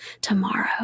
tomorrow